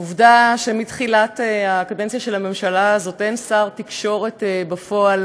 העובדה שמתחילת הקדנציה של הממשלה הזאת אין שר תקשורת בפועל